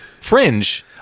Fringe